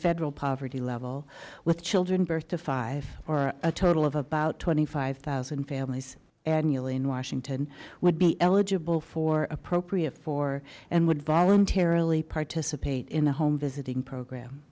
federal poverty level with children birth to five or a total of about twenty five thousand families annually in washington would be eligible for or appropriate for and would voluntarily participate in the home visiting program